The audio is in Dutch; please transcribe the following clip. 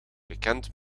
bekend